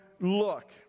look